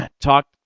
talk